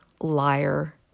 liar